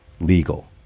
legal